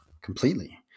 completely